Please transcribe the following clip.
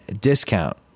discount